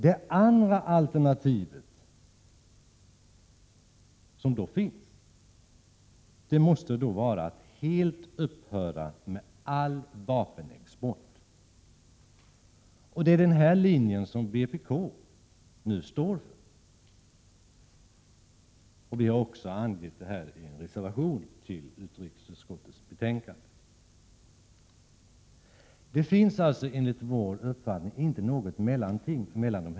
Det andra alternativet måste då vara att helt upphöra med all vapenexport. Det är den linjen vpk står för, och det har vi angivit i en reservation till utrikesutskottets betänkande. Det finns alltså enligt vår uppfattning inget mellanting.